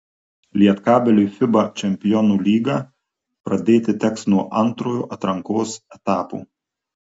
lietkabeliui fiba čempionų lygą pradėti teks nuo antrojo atrankos etapo